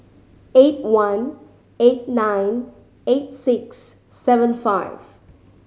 eight one eight nine eight six seven five